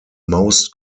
most